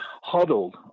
huddled